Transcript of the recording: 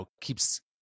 keeps